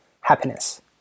happiness